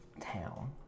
town